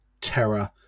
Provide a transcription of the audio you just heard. terror